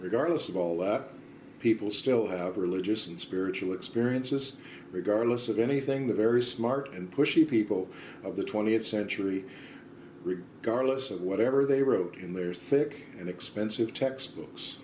regardless of all that people still have religious and spiritual experiences regardless of anything the very smart and pushy people of the th century karla's of whatever they wrote in their thick and expensive textbooks